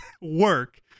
work